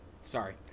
Sorry